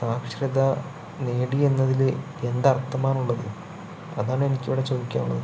സാക്ഷരത നേടി എന്നതില് എന്തർത്ഥമാണുള്ളത് അതാണെനിക്കിവടെ ചോദിക്കുവാനുള്ളത്